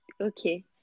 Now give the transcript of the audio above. Okay